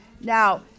Now